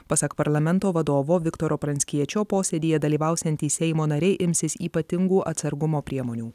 pasak parlamento vadovo viktoro pranckiečio posėdyje dalyvausiantys seimo nariai imsis ypatingų atsargumo priemonių